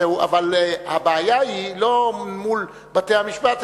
אבל הבעיה היא לא מול בתי-המשפט,